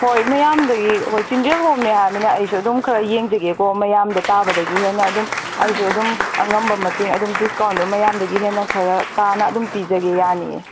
ꯍꯣꯏ ꯃꯌꯥꯝꯗꯒꯤ ꯍꯣꯏ ꯆꯤꯜꯗ꯭ꯔꯦꯟ ꯍꯣꯝꯅꯦ ꯍꯥꯏꯔꯃꯤꯅ ꯑꯩꯁꯨ ꯑꯗꯨꯝ ꯈꯔ ꯌꯦꯡꯖꯒꯦꯀꯣ ꯃꯌꯥꯝꯗ ꯇꯥꯕꯗꯒꯤ ꯍꯦꯟꯅ ꯑꯗꯨꯝ ꯑꯩꯁꯨ ꯑꯗꯨꯝ ꯑꯉꯝꯕ ꯃꯇꯦꯡ ꯑꯗꯨꯝ ꯗꯤꯁꯀꯥꯎꯟꯗꯨ ꯃꯌꯥꯝꯗꯒꯤ ꯍꯦꯟꯅ ꯈꯔ ꯇꯥꯅ ꯑꯗꯨꯝ ꯄꯤꯖꯒꯦ ꯌꯥꯅꯤꯌꯦ